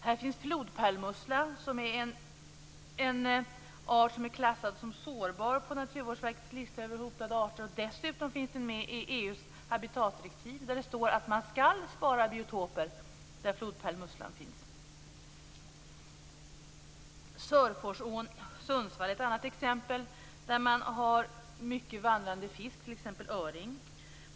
Här finns flodpärlmusslan, en art som är klassad som sårbar på Naturvårdsverkets lista över hotade arter. Dessutom finns den med i EU:s habitatdirektiv, där det står att man skall spara biotoper där flodpärlmusslan finns. Sörforsån, Sundsvall, är ett annat exempel, där man har mycket vandrande fisk, t.ex. öring.